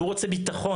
הוא רוצה ביטחון.